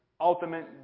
ultimate